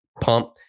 pump